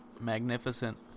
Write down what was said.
magnificent